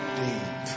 deep